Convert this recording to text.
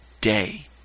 day